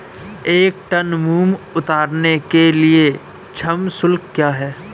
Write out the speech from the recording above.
एक टन मूंग उतारने के लिए श्रम शुल्क क्या है?